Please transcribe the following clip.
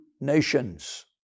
nations